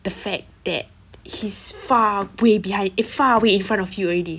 the fact that he's far way behind eh far way in front of you already